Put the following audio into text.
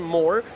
more